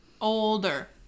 older